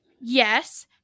yes